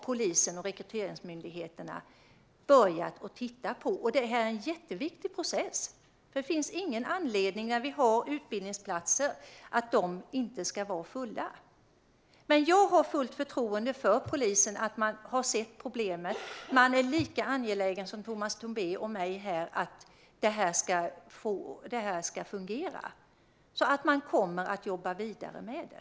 Polisen och Rekryteringsmyndigheten har börjat titta på det. Det är en jätteviktig process. Vi har utbildningsplatser. Då finns det ingen anledning att inte fylla dem. Jag har fullt förtroende för att polisen har sett problemet och är lika angelägen som Tomas Tobé och jag att det ska fungera. Man kommer alltså att jobba vidare med det.